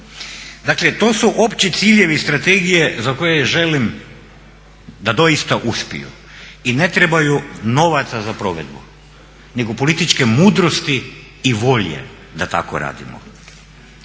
Dakle to su opći ciljevi strategije za koje želim da doista uspiju i ne trebaju novaca za provedbu nego političke mudrosti i volje da tako radimo.